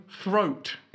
Throat